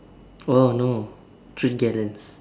oh no three gallons